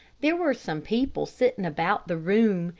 there were some people sitting about the room,